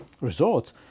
resort